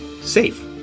safe